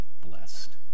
blessed